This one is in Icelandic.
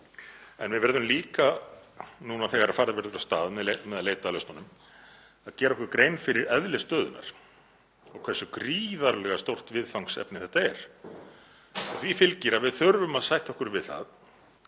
En við verðum líka, núna þegar farið verður af stað með að leita að lausnunum, að gera okkur grein fyrir eðli stöðunnar og hversu gríðarlega stórt viðfangsefni þetta er. Því fylgir að við þurfum að sætta okkur við það